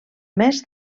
més